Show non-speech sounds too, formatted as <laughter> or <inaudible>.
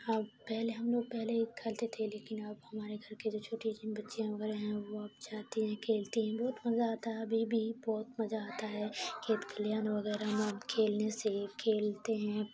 اب پہلے ہم لوگ پہلے یہ کھلتے تھے لیکن اب ہمارے گھر کے جو چھوٹی <unintelligible> بچیاں وغیرہ ہیں وہ اب جاتی ہیں کھیلتی ہیں بہت مزہ آتا ہے ابھی بھی بہت مجہ آتا ہے کھیت کھلیان وغیرہ میں اب ہم کھیلنے سے کھیلتے ہیں